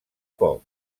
poc